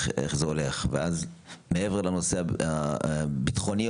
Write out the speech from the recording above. מעבר לנושא הביטחוני,